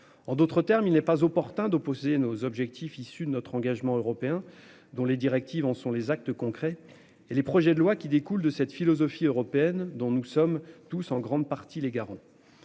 En d'autres termes, il n'est pas opportun d'opposer nos objectifs issue de notre engagement européen dont les directives en sont les actes concrets et les projets de loi qui découlent de cette philosophie européenne dont nous sommes tous en grande partie les garants.